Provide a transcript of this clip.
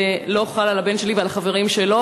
זה לא חל על הבן שלי ועל החברים שלו,